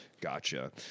Gotcha